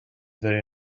very